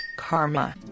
Karma